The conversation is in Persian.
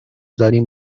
داریم